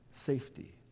safety